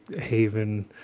haven